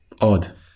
odd